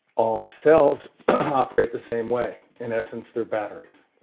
all cells operate the same way. in essence, they're batteries.